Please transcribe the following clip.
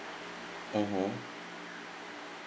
mmhmm